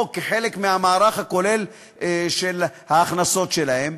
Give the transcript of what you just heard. או כחלק מהמערך הכולל של ההכנסות שלהם,